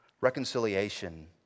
Reconciliation